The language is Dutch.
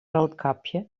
roodkapje